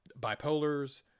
bipolars